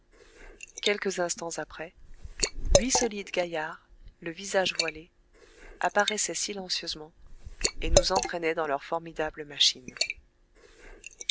quelques instants après huit solides gaillards le visage voilé apparaissaient silencieusement et nous entraînaient dans leur formidable machine